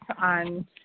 on